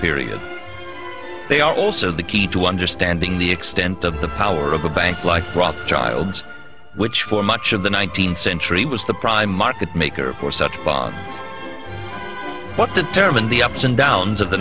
period they are also the key to understanding the extent of the power of a bank like rothschilds which for much of the nineteenth century was the prime market maker for such bonds what determine the ups and downs of the